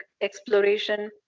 exploration